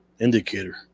indicator